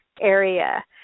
area